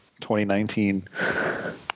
2019